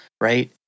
right